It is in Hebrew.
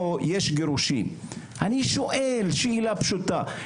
אני שואל שאלה פשוטה,